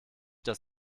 das